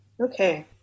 Okay